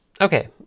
Okay